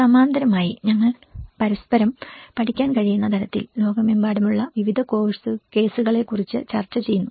സമാന്തരമായി ഞങ്ങൾ പരസ്പരം പഠിക്കാൻ കഴിയുന്ന തരത്തിൽ ലോകമെമ്പാടുമുള്ള വിവിധ കേസുകളെ കുറിച്ച് ചർച്ച ചെയ്തു